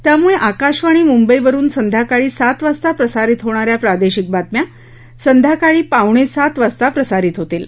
त्यामुळे आकाशवाणी मुंबईवरुन संध्याकाळी सात वाजता प्रसारित होणा या प्रादेशिक बातम्या संध्याकाळी पावणे सात वाजता प्रसारित होतील